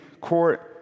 court